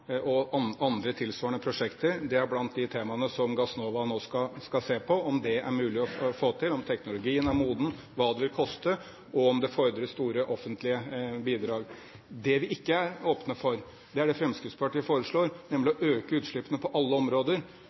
og andre tilsvarende prosjekter. Det er blant de temaene som Gassnova nå skal se på – om det er mulig å få til, om teknologien er moden, hva det vil koste, og om det fordres store offentlige bidrag. Det vi ikke er åpne for, er det Fremskrittspartiet foreslår, nemlig å øke utslippene på alle områder.